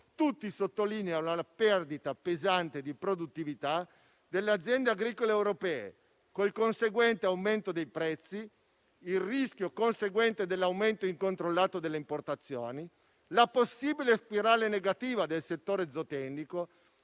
sottolineano la perdita pesante di produttività delle aziende agricole europee, con il conseguente aumento dei prezzi, il rischio conseguente dell'aumento incontrollato delle importazioni, la possibile spirale negativa del settore zootecnico